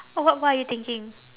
oh what what are you thinking